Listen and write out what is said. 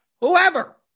whoever